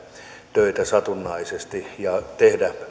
töitä satunnaisesti ja tehdä